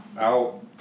Out